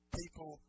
people